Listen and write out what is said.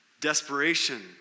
Desperation